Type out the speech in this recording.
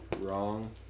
wrong